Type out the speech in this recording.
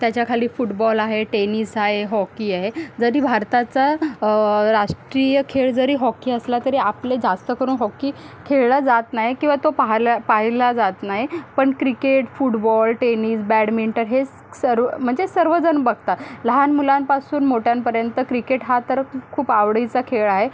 त्याच्याखाली फुटबॉल आहे टेनिस आहे हॉकी आहे जरी भारताचा राष्ट्रीय खेळ जरी हॉकी असला तरी आपले जास्त करून हॉकी खेळला जात नाही किंवा तो पाहिला पाहिला जात नाही पण क्रिकेट फुटबॉल टेनिस बॅडमिंटन हे स सर्व म्हणजे सर्व जण बघतात लहान मुलांपासून मोठ्यांपर्यंत क्रिकेट हा तर खूप आवडीचा खेळ आहे